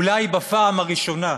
אולי בפעם הראשונה,